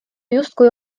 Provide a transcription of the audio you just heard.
justkui